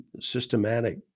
systematic